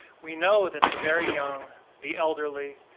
we know that the very young, the elderly,